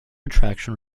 attraction